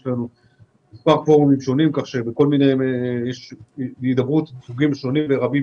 יש לנו פורומים שונים כך שיש הידברות מסוגים שונים ורבים